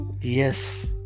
Yes